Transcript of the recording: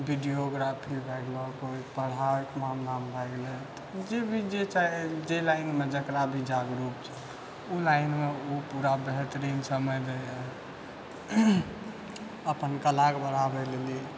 videography भऽ गेलै कोइ पढ़ाइके मामलामे भऽ गेलै जे भी जे चाहे जाहि लाइनमे जकरा भी जागरूक छै ओ लाइनमे ओ पूरा बेहतरीन समय दैए अपन कलाके बढ़ाबै लेल